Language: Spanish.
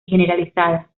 generalizada